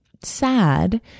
sad